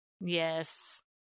Yes